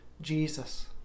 Jesus